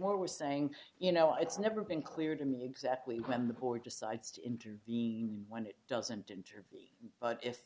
what we're saying you know it's never been clear to me exactly when the boy decides to intervene when it doesn't intervene but if